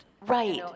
right